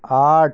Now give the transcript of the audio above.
আট